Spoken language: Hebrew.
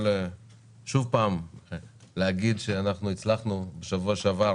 להגיד שהצלחנו בשבוע שעבר